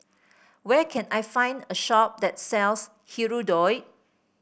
where can I find a shop that sells Hirudoid